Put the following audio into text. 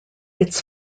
its